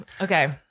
Okay